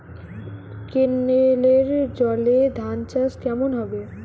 কেনেলের জলে ধানচাষ কেমন হবে?